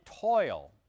toil